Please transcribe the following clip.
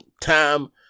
Time